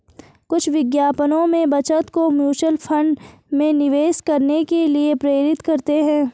कुछ विज्ञापनों में बचत को म्यूचुअल फंड में निवेश करने के लिए प्रेरित करते हैं